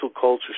culture